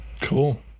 Cool